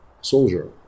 soldier